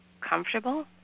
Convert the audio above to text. comfortable